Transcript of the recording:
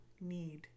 need